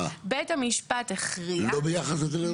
לא ביחס להיטלי השבחה?